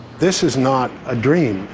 this is not a dream.